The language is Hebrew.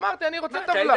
אמרתי שאני רוצה טבלה.